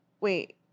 wait